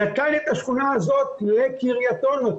הוא נתן את השכונה הזאת לקרית אונו,